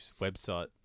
website